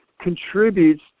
contributes